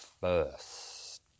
first